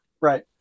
Right